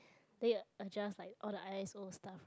then it adjust like all the eye all stuff right